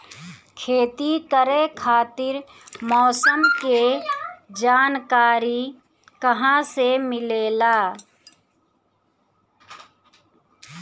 खेती करे खातिर मौसम के जानकारी कहाँसे मिलेला?